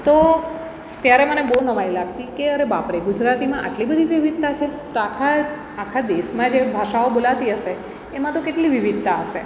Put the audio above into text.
તો ત્યારે મને બહુ નવાઈ લાગતી કે અરે બાપરે ગુજરાતીમાં આટલી બધી વિવિધતા છે તો આખા આખા દેશમાં જે ભાષાઓ બોલાતી હશે એમાં તો કેટલી વિવિધતા હશે